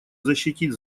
защитить